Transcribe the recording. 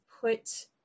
put